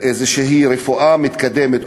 איזושהי רפואה מתקדמת,